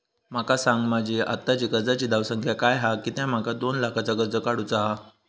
माका सांगा माझी आत्ताची कर्जाची धावसंख्या काय हा कित्या माका दोन लाखाचा कर्ज काढू चा हा?